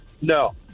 No